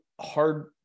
hard